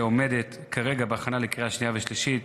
והיא כרגע בהכנה לקריאה שנייה ושלישית